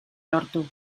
lortu